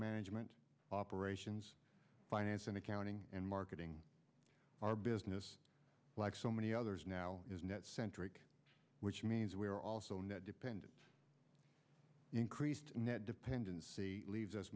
management operations finance and accounting and marketing our business like so many others now is net centric which means we are also net dependent increased dependency leaves us